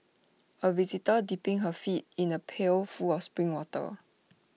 A visitor dipping her feet in the pail full of spring water